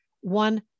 one